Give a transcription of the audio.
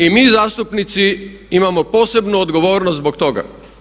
I mi zastupnici imamo posebnu odgovornost zbog toga.